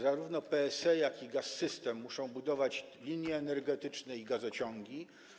Zarówno PSE, jak i Gaz-System muszą budować linie energetyczne i gazociągi.